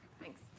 Thanks